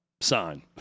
sign